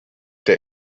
der